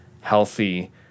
healthy